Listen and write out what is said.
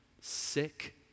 sick